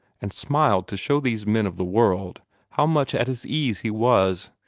and smiled to show these men of the world how much at his ease he was.